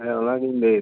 ᱦᱮᱸ ᱚᱱᱟᱜᱮᱧ ᱞᱟᱹᱭᱮᱫᱟ